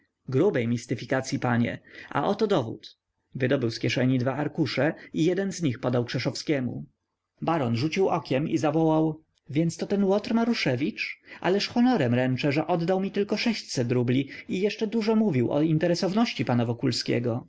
grubej mistyfikacyi panie a oto dowód wydobył z kieszeni dwa arkusze i jeden z nich podał krzeszowskiemu baron rzucił okiem i zawołał więc to ten łotr maruszewicz ależ honorem ręczę że oddał mi tylko rubli i jeszcze dużo mówił o interesowności pana wokulskiego